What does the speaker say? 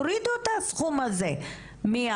תורידו את הסכום הזה מהאחריות,